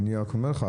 אז אני רק אומר לך,